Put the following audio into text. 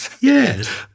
yes